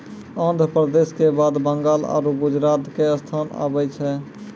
आन्ध्र प्रदेश के बाद बंगाल आरु गुजरात के स्थान आबै छै